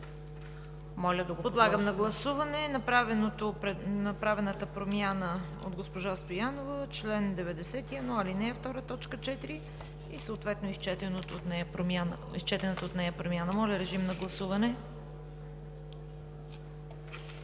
Моля, режим на гласуване